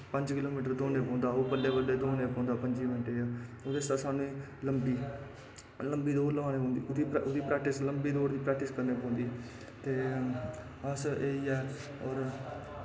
बल्लैं बल्लैं दौड़ना पौंदा होर पंज किलो मीटर दौड़ना पौंदा पंजें मिंटें च ओह्दै आस्तै सानूं लम्मी दौड़ लानी पौंदी ओह्दै आस्तै लम्मी दौड़ प्रैक्टस करनी पौंदी ते अस ऐ होर